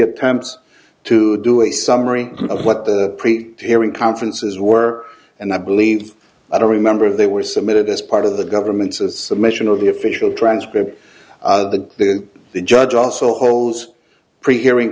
attempts to do a summary of what the preterit conferences were and i believe i don't remember they were submitted this part of the government's a submission of the official transcript the the the judge also holds pre hearing